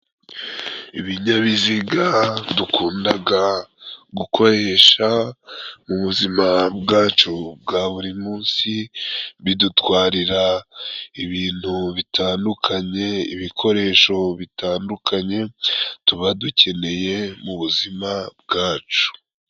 Ibinyabiziga dukundaga gukoresha mu buzima bwacu bwa buri munsi，bidutwarira ibintu bitandukanye， ibikoresho bitandukanye， tuba dukeneye mu buzima bwacu.